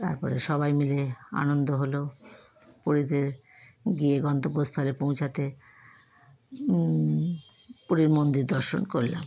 তারপরে সবাই মিলে আনন্দ হল পুরীতে গিয়ে গন্তব্যস্থলে পৌঁছতে পুরীর মন্দির দর্শন করলাম